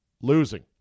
losing